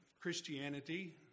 Christianity